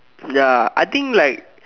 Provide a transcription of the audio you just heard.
ya I think like